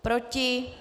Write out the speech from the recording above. Proti?